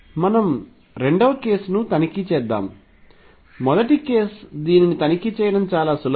మనం రెండవ కేసును తనిఖీ చేద్దాం మొదటి కేసు దీనిని తనిఖీ చేయడం చాలా సులభం